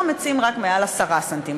ומהיום רק מעל 20 ס"מ.